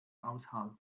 aushalten